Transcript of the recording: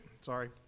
sorry